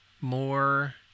more